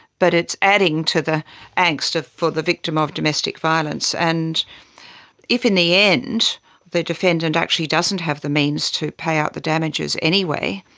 but it's adding to the angst ah for the victim of domestic violence. and if in the end the defendant actually doesn't have the means to pay out the damages anyway,